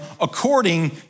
according